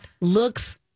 looks